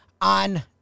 on